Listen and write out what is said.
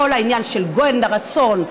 כל העניין של גואל רצון,